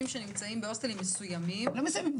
שנמצאים בהוסטלים מסוימים -- לא מסוימים,